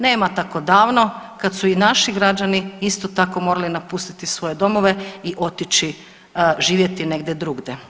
Nema tako davno kad su i naši građani isto tako morali napustiti svoje domove i otići živjeti negdje drugdje.